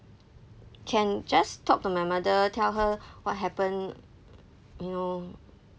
can just talk to my mother tell her what happened you know